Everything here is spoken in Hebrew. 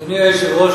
אדוני היושב-ראש,